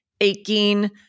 aching